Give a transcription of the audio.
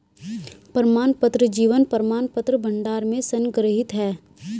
प्रमाणपत्र जीवन प्रमाणपत्र भंडार में संग्रहीत हैं